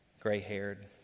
gray-haired